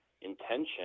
intention